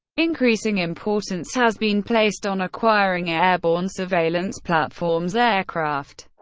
increasing importance has been placed on acquiring airborne surveillance platforms, aircraft,